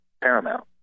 paramount